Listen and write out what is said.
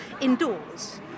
indoors